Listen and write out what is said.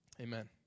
Amen